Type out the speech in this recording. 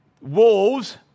Wolves